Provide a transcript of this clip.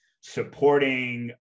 supporting